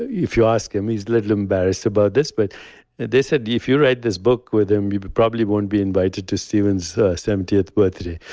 if you ask him, he's little embarrassed about this, but they said, if you write this book with him, you but probably won't be invited to stephen's seventieth birthday.